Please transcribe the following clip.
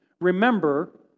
remember